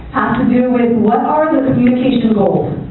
to do with what are the communication goals?